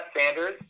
Sanders